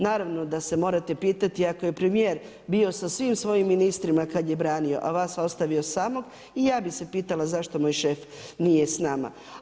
Naravno da se morate pitati jer ako je premjer bio sa svim svojim ministrima, kada je branio, a vas ostavio samog i ja bi se pitala zašto moj šef nije s nama.